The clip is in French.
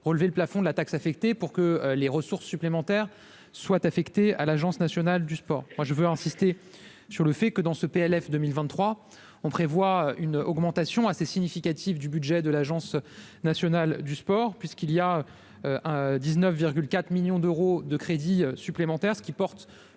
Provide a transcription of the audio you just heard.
relever le plafond de la taxe affectée pour que les ressources supplémentaires soient affectés à l'Agence nationale du sport, moi je veux insister sur le fait que dans ce PLF 2023, on prévoit une augmentation assez significative du budget de l'Agence nationale du sport puisqu'il y a 1 19 4 millions d'euros de crédits supplémentaires, ce qui porte